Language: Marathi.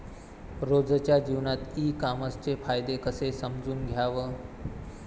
रोजच्या जीवनात ई कामर्सचे फायदे कसे समजून घ्याव?